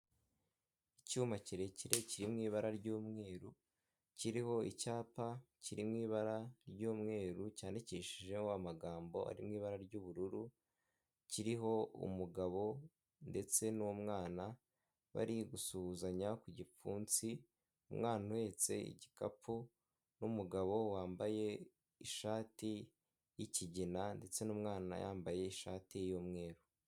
Icyuma kirekire kiri mu ibara ry'umweru kiriho icyapa kiri mu ibara ry'umweru cyandikishijeho amagambogambo arimo ibara ry'ubururu kiriho umugabo ndetse n'umwana bari gusuhuzanya ku gipfunsi umwana uhetse igikapu n'umugabo wambaye ishati y'ikigina ndetse n'umwana yambaye ishati y'umweru.